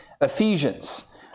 ephesians